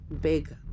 Big